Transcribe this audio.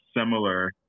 similar